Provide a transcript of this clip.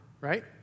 right